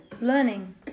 Learning